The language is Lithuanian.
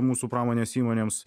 mūsų pramonės įmonėms